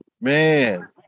Man